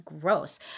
gross